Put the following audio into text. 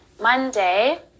Monday